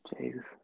Jesus